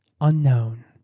unknown